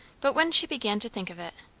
but when she began to think of it,